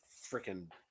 freaking